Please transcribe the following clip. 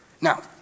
Now